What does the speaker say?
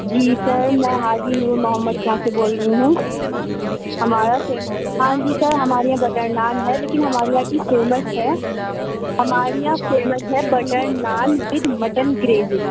جی sir میں حاجی نور محمد کے یہاں سے بول رہی ہوں ہمارا فیمس ہاں جی سر ہمارے یہاں بٹر نان ہے لیکن ہماری یہاں کی فیمس ہے ہماری یہاں فیمس ہے butter naan with mutton gravy